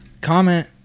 Comment